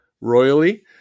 royally